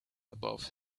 above